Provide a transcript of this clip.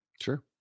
Sure